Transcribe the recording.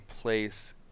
place